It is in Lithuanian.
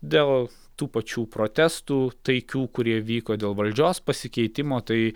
dėl tų pačių protestų taikių kurie vyko dėl valdžios pasikeitimo tai